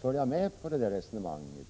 följa med i det resonemanget.